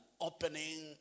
opening